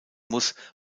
muss